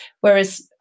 Whereas